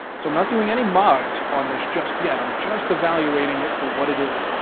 so i'm not doing any mods on this just yet. i'm just evaluating it for what it is.